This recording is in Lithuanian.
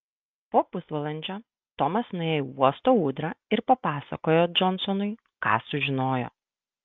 po pusvalandžio tomas nuėjo į uosto ūdrą ir papasakojo džonsonui ką sužinojo